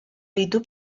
ditu